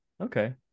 okay